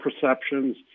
perceptions